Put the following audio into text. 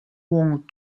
wong